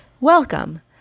Welcome